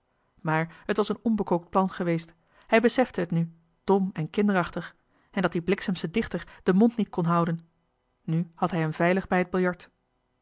actief het was een onbekookt plan geweest hij besefte het nu dom en kinderachtig en dat die bliksemsche dichter den mond niet kon houden nu had hij hem veilig bij het